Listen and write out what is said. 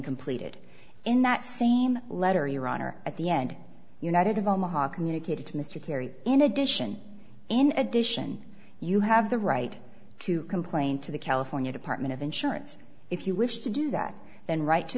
completed in that same letter your honor at the end united of omaha communicated to mr kerry in addition in addition you have the right to complain to the california department of insurance if you wish to do that then write to